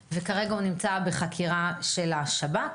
כדי לפקח על תנאי הבחינה הבריאותית והפיסית של האדם,